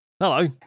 Hello